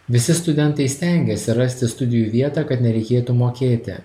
visi studentai stengiasi rasti studijų vietą kad nereikėtų mokėti